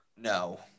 No